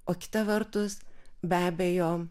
o kita vertus be abejo